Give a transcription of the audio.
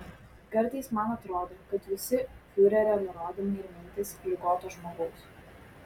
kartais man atrodo kad visi fiurerio nurodymai ir mintys ligoto žmogaus